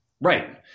Right